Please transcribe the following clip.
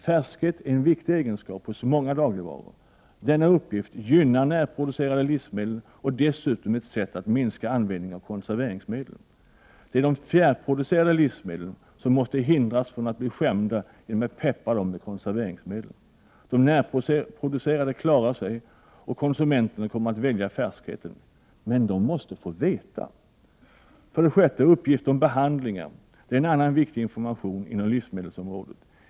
Färskhet är en viktig egenskap hos många dagligvaror. Denna uppgift gynnar närproducerade livsmedel och är dessutom ett sätt att minska användningen av konserveringsmedel. Det är de fjärrproducerade livsmedlen, som måste hindras från att bli skämda genom att man pepprar dem med konserveringsmedel. De närproducerade klarar sig, och konsumenterna kommer att välja färskheten — men de måste få veta. 6. Uppgift om behandlingar är en annan viktig information inom livsmedelsområdet.